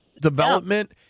development